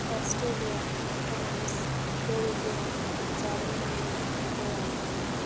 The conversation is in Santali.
Australia France Belgium Germany Goa